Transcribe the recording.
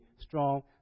strong